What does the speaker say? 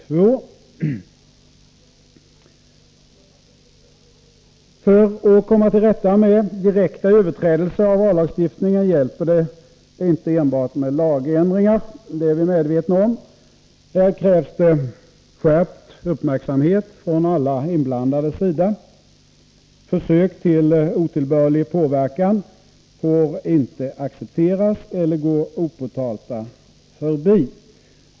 Vi är väl medvetna om att det för att komma till rätta med direkta överträdelser av vallagstiftningen inte hjälper med enbart lagändringar. Här krävs det skärpt uppmärksamhet från alla inblandades sida. Försök till otillbörlig påverkan får inte accepteras eller gå opåtalda förbi.